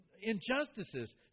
injustices